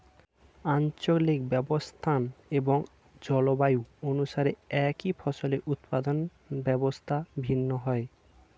আঞ্চলিক অবস্থান এবং জলবায়ু অনুসারে একই ফসলের উৎপাদন ব্যবস্থা ভিন্ন হয়